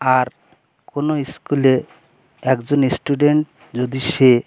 আর কোনো স্কুলে একজন স্টুডেন্ট যদি সে